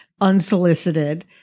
unsolicited